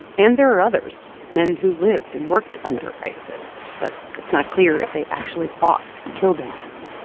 and there are others, men who lived and worked under isis, but it's not clear if they actually fought or killed anyone